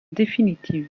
définitive